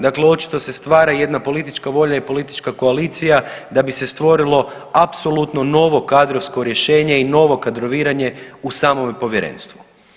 Dakle, očito se stvara jedna politička volja i politička koalicija da bi se stvorilo apsolutno novo kadrovsko rješenje i novo kadroviranje u samome povjerenstvu.